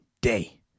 day